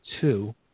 two